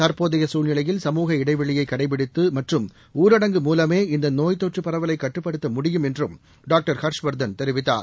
தற்போதைய சூழ்நிலையில் சமூக இடைவெளியை கடைபிடிப்பது மற்றும் ஊரடங்கு மூலமே இந்த நோய் தொற்று பரவலை கட்டுப்படுத்த முடியும் என்றும் டாக்டர் ஹர்ஷவர்தன் தெரிவித்தார்